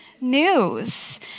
news